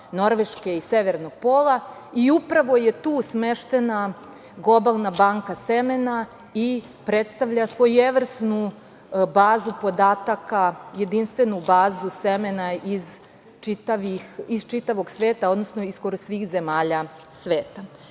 Norveške i Severnog pola, i upravo je tu smeštena globalna banka semena, i predstavlja svojevrsnu bazu podataka, jedinstvenu bazu semena iz čitavog sveta, odnosno, skoro svih zemalja sveta. Srbija